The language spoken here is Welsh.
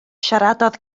siaradodd